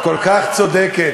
את כל כך צודקת.